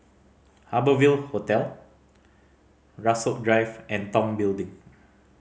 Harbour Ville Hotel Rasok Drive and Tong Building